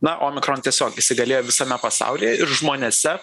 na omikron tiesiog įsigalėjo visame pasaulyje ir žmonėse